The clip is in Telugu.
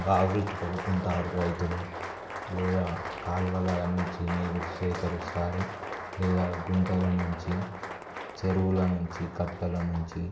బావులు తవ్వుకుంటారు రైతులు లేదా కాలువల నుంచి నీరు సేకరిస్తారు లేదా గుంటల నుంచి చెరువుల నుంచి కట్టల నుంచి